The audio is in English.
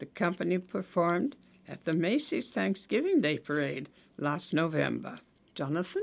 the company performed at the macy's thanksgiving day parade last november jonathan